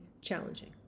challenging